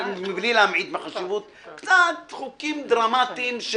מבלי להמעיט בחשיבות קצת חוקים דרמטיים,